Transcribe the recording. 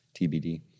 TBD